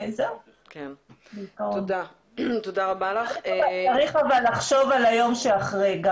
צריך לחשוב גם על היום אחרי.